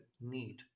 need